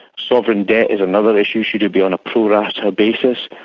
sovereign debt is another issue. should it be on a pro rata basis?